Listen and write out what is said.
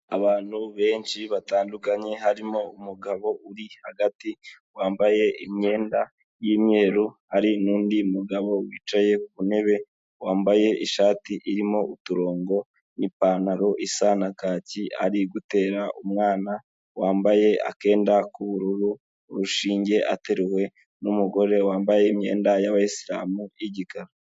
Abantu benshi batandukanye harimo umugabo uri hagati wambaye imyenda yumweru hari nundi mugabo wicaye ku ntebe wambaye ishati irimo uturongo n'ipantaro isa na kaki ari gutera umwana wambaye akenda k'ubururu urushinge ateruwe numugore wambaye imyenda yaba isilamu y'igikara.